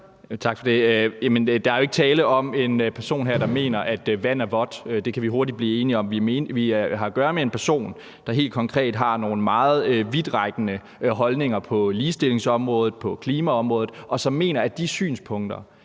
der er jo ikke tale om en person her, der mener, at vand er vådt. Det kan vi hurtigt blive enige om. Vi har at gøre med en person, der helt konkret har nogle meget vidtrækkende holdninger på ligestillingsområdet, på klimaområdet, og som mener, at de synspunkter